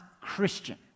Christian